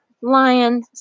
lion